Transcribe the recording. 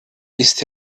ist